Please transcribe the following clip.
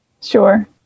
Sure